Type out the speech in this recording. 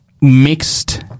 mixed